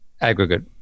aggregate